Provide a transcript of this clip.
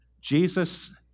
Jesus